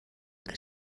que